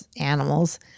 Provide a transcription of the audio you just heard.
animals